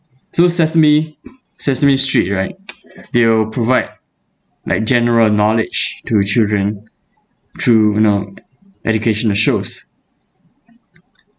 so sesame sesame street right they will provide like general knowledge to children through you know educational shows